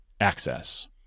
access